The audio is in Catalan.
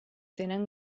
tenen